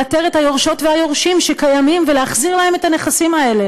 לאתר את היורשות והיורשים שקיימים ולהחזיר להם את הנכסים האלה.